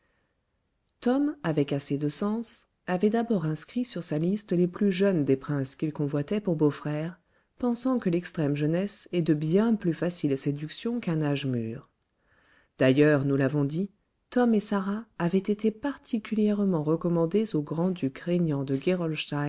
tom avec assez de sens avait d'abord inscrit sur sa liste les plus jeunes des princes qu'il convoitait pour beaux-frères pensant que l'extrême jeunesse est de bien plus facile séduction qu'un âge mûr d'ailleurs nous l'avons dit tom et sarah avaient été particulièrement recommandés au grand-duc régnant de